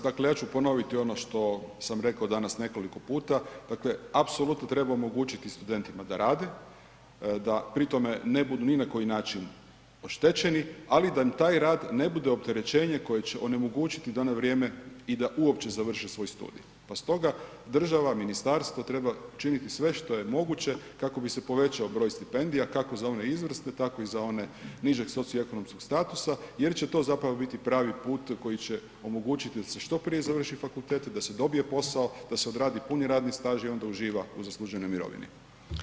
Dakle, ja ću ponoviti ono što sam rekao danas nekoliko puta, dakle apsolutno treba omogućiti studentima da rade, da pri tome ne budu ni na koji način oštećeni, ali da taj rad ne bude opterećenje koje će onemogućiti da na vrijeme i da uopće završe svoj studij pa stoga država, ministarstvo treba činiti sve što je moguće kako bi se povećao broj stipendija, kako za one izvrsne, tako i za one nižeg socioekonomskog statusa jer će to zapravo biti pravi put koji će omogućiti da se što prije završi fakultete, da se dobije posao, da se odradi puni radni staž i onda uživa u zasluženoj mirovini.